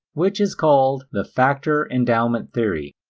which is called the factor endowment theory.